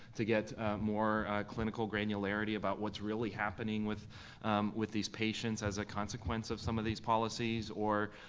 to get more clinical granularity about what's really happening with with these patients as a consequence of some of these policies. or,